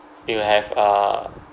you will have uh